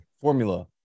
formula